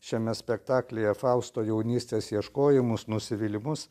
šiame spektaklyje fausto jaunystės ieškojimus nusivylimus